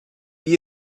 you